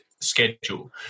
schedule